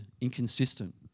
inconsistent